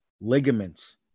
ligaments